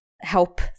help